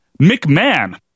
McMahon